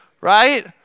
right